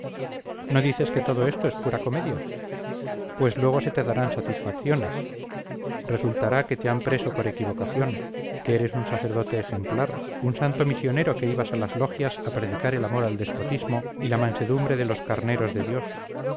no dices que todo esto es pura comedia pues luego se te darán satisfacciones resultará que te han preso por equivocación que eres un sacerdote ejemplar un santo misionero que ibas a las logias a predicar el amor al despotismo y la mansedumbre de los carneros de dios